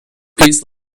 increased